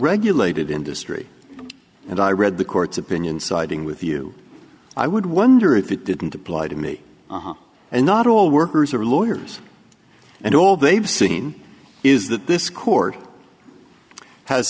regulated industry and i read the court's opinion siding with you i would wonder if it didn't apply to me and not all workers are lawyers and all they've seen is that this court has